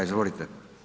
Izvolite.